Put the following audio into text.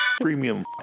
Premium